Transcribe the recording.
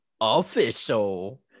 official